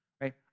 right